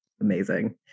amazing